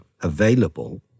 available